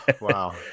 Wow